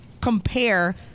compare